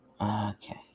Okay